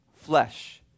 flesh